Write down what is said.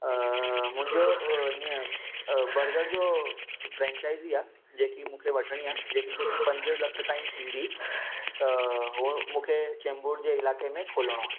मुंहिंजो ईअं बर्गर जो फ्रेंचाइजी आहे जेकी मूंखे वठिणी आहे जेकी कुझु पंज लख ताईं ईंदी त हो मूंखे चेंबूर जे इलाइक़े में खोलिणो आहे